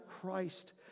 Christ